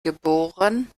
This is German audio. geb